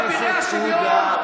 אבירי השוויון,